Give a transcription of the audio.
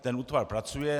Ten útvar pracuje.